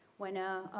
when a